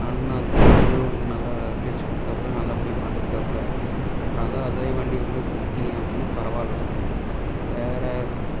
அண்ணா அந்த ட்ரைவரும் வந்து நல்லா பேச்சுக் கொடுத்தாப்புல நல்லபடியாக பார்த்துக்கிட்டாப்புல அதுதான் அதே வண்டி வந்து கொடுத்தீங்க அப்புடின்னா பரவாயில்ல வேறு